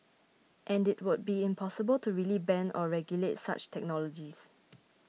and it would be impossible to really ban or regulate such technologies